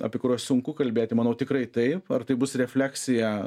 apie kuriuos sunku kalbėti manau tikrai taip ar tai bus refleksija